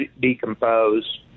decompose